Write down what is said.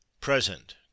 present